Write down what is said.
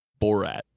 Borat